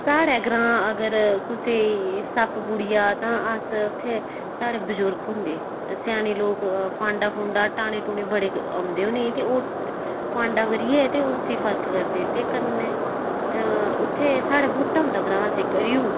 साढ़े ग्रांऽ अगर कुसै ई सप्प भूड़ी ज तां अस उ'त्थें साढ़े बजूर्ग होंदे स्याने लोग फांडा फूंडा टाने टोने बडे़ औंदे उ'नें गी ओह् फांडा करियै ते उसी फरक करदे ते कन्नै उ'त्थें साढ़े बूह्टा होंदा ग्रांऽ च इक रियू